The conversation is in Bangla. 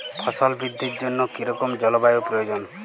ফসল বৃদ্ধির জন্য কী রকম জলবায়ু প্রয়োজন?